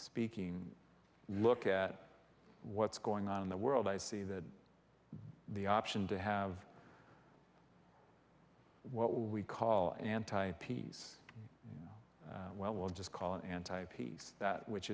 speaking look at what's going on in the world i see that the option to have what we call anti peace well we'll just call it anti peace that which